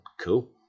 Cool